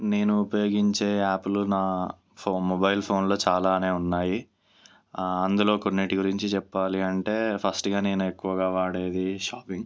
నేను ఉపయోగించే యాప్లు నా మొబైల్ ఫోన్లో చాలానే ఉన్నాయి అందులో కొన్నిటి గురించి చెప్పాలి అంటే ఫస్ట్గా నేను ఎక్కువగా వాడేది షాపింగ్